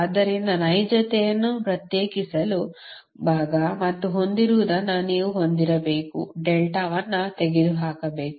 ಆದ್ದರಿಂದ ನೈಜತೆಯನ್ನು ಪ್ರತ್ಯೇಕಿಸಿ ಭಾಗ ಮತ್ತು ಹೊಂದಿರುವದನ್ನು ನೀವು ಹೊಂದಿರಬೇಕು ಡೆಲ್ಟಾವನ್ನು ತೆಗೆದುಹಾಕಬೇಕು